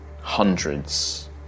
hundreds